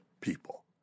people